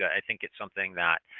i think it's something that